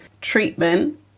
treatment